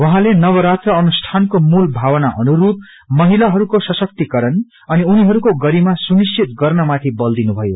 उहाँले नवरात्र अनुष्झानको मूल भवना अनुस्त्र महिलाहरूको सशक्तिकरण अनि उनीहरूको गरिमा सुनिश्चित गर्न माथि वल दिनुथयो